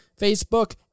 Facebook